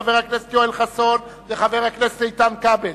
חבר הכנסת יואל חסון וחבר הכנסת איתן כבל,